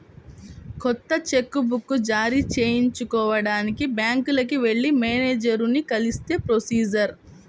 కొత్త cheque book జారీ చేయించుకోడానికి బ్యాంకుకి వెళ్లి మేనేజరుని కలిస్తే ప్రొసీజర్